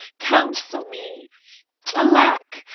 counsel me alack,